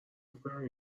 میکنم